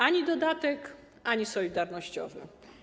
Ani dodatek, ani solidarnościowy.